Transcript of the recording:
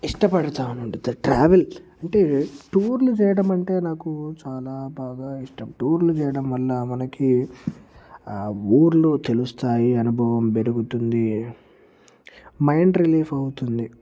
ఇష్టపడతాను ట్రావెల్ అంటే టూర్లు చేయడం అంటే నాకు చాలా బాగా ఇష్టం టూర్లు చేయడం వల్ల మనకి ఊళ్ళు తెలుస్తాయి అనుభవం పెరుగుతుంది మైండ్ రిలీఫ్ అవుతుంది